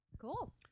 Cool